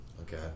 Okay